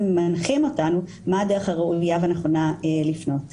מנחים אותנו מהי הדרך הראויה והנכונה שראוי לפנות בה.